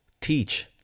teach